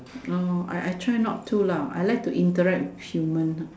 no I I try not to lah I like to interact with human ah